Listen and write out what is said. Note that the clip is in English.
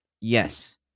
yes